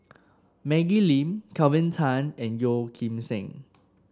Maggie Lim Kelvin Tan and Yeo Kim Seng